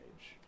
age